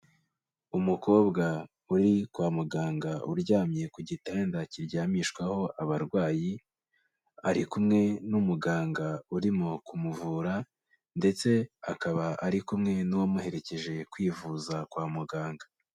Umukobwa uri kwa muganga uryamye ku gitanda kiryamishwaho abarwayi, ari kumwe n'umuganga urimo kumuvura, ndetse akaba ari kumwe n'uwamuherekeje kwivuza kwa muganga.